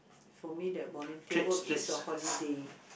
for me that volunteer work is a holiday